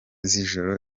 z’ijoro